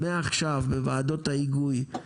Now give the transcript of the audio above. מעכשיו בוועדות ההיגוי,